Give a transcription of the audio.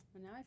now